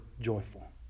joyful